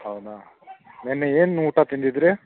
ಹೌದಾ ಮೊನ್ನೆ ಏನು ಊಟ ತಿಂದಿದ್ದಿರಿ